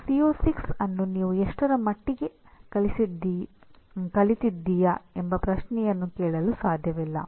ನೀವು ಸಿಒ6 ಅನ್ನು ನೀನು ಎಷ್ಟರ ಮಟ್ಟಿಗೆ ಕಲಿತಿದ್ದೀಯಾ ಎಂಬ ಪ್ರಶ್ನೆಯನ್ನು ಕೇಳಲು ಸಾಧ್ಯವಿಲ್ಲ